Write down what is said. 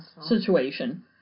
situation